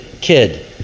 kid